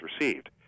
received